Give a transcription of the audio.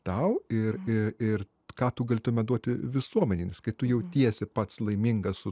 tau ir ir ką tu galėtumei duoti visuomenei nes kai tu jautiesi pats laimingas